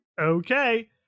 Okay